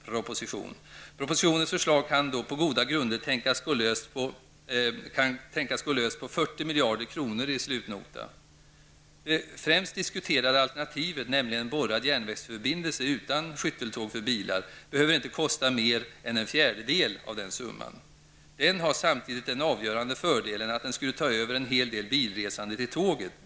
Propositionens förslag kan på goda grunder tänkas gå löst på 40 miljarder kronor som slutnota. Det främst diskuterade alternativet, nämligen en borrad järnvägsförbindelse utan skytteltåg för bilar, behöver inte kosta mer än en fjärdedel av den summan. Den har samtidigt den avgörande fördelen att den skulle ta över en hel del bilresande till tåget.